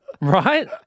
right